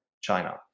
China